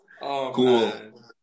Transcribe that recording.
Cool